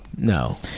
No